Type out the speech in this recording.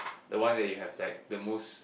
the one that you have like the most